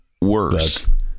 worse